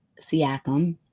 Siakam